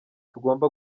tugomba